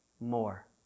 more